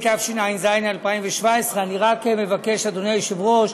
התשע"ז 2017. אני רק מבקש, אדוני היושב-ראש,